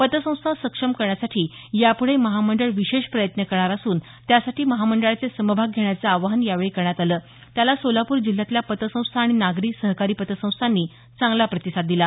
पतसंस्था सक्षम करण्यासाठी याप्ढे महामंडळ विशेष प्रयत्न करणार असून त्यासाठी महामंडळाचे समभाग घेण्याचं आवाहन यावेळी करण्यात आलं त्याला सोलापूर जिल्यातल्या पतसंस्था आणि नागरी सहकारी पतसंस्थानी चांगला प्रतिसाद दिला